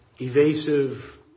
evasive